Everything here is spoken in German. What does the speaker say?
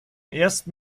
ersten